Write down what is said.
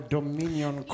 Dominion